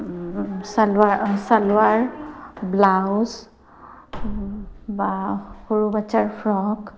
চালোৱাৰ চালোৱাৰ ব্লাউজ বা সৰু বাচ্চাৰ ফ্ৰক